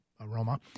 aroma